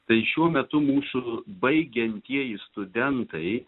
tai šiuo metu mūsų baigiantieji studentai